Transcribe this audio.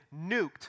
nuked